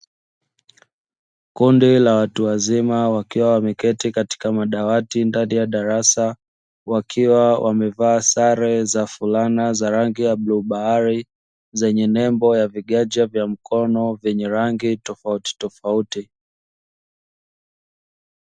Kundi la watu wazima wakiwa wameketi katika madawati ndani ya darasa wakiwa wamevaa sare za fulana za rangi ya bluu bahari zenye nembo ya viganja vya mkono vyenye rangi tofautitofauti.